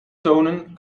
tonen